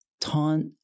taunt